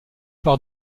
par